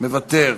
מוותר,